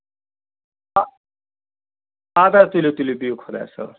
اَ اَدٕ حظ تُلِو تُلِو بِہِو خۄدایَس حَوالہٕ